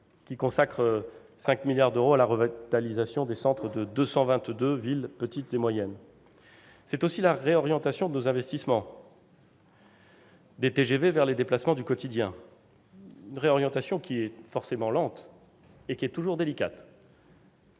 qui consacre 5 milliards d'euros à la revitalisation du centre de 222 villes petites et moyennes. C'est aussi la réorientation de nos investissements des TGV vers les déplacements du quotidien, une réorientation forcément lente et toujours délicate,